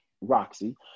Roxy